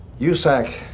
USAC